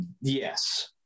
yes